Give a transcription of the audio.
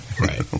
Right